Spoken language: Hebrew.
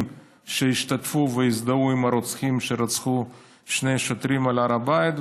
שהשתתפו והזדהו עם הרוצחים שרצחו שני שוטרים על הר הבית.